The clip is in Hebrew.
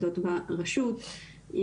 מישהי מרשות האוכלוסין וההגירה,